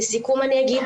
לסיכום אני אגיד,